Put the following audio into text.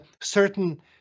certain